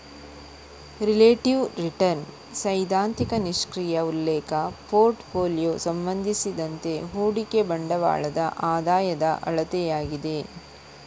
relative return ಸೈದ್ಧಾಂತಿಕ ನಿಷ್ಕ್ರಿಯ ಉಲ್ಲೇಖ ಪೋರ್ಟ್ ಫೋಲಿಯೊ ಸಂಬಂಧಿಸಿದಂತೆ ಹೂಡಿಕೆ ಬಂಡವಾಳದ ಆದಾಯದ ಅಳತೆಯಾಗಿದೆ